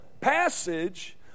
passage